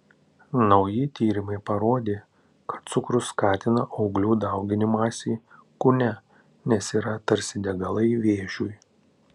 nauji tyrimai parodė kad cukrus skatina auglių dauginimąsi kūne nes yra tarsi degalai vėžiui